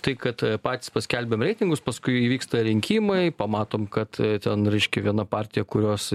tai kad patys paskelbėm reitingus paskui įvyksta rinkimai pamatom kad ten reiškia viena partija kurios